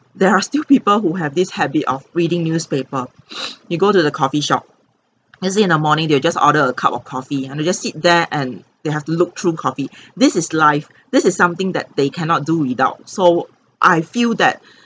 there are still people who have this habit of reading newspaper you go to the coffee shop you see in the morning they'll just order a cup of coffee and they just sit there and they have look through coffee this is life this is something that they cannot do without so I feel that